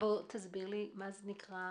מה זה נקרא?